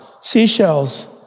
seashells